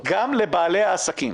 גם לבעלי העסקים.